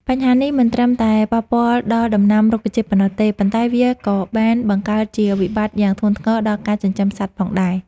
បញ្ហានេះមិនត្រឹមតែប៉ះពាល់ដល់ដំណាំរុក្ខជាតិប៉ុណ្ណោះទេ ប៉ុន្តែវាក៏បានបង្កើតជាវិបត្តិយ៉ាងធ្ងន់ធ្ងរដល់ការចិញ្ចឹមសត្វផងដែរ។